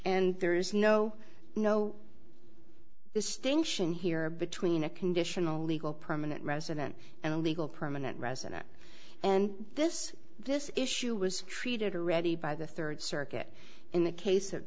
and there is no no the stink in here between a conditional legal permanent resident and a legal permanent resident and this this issue was treated or ready by the third circuit in the case